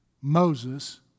Moses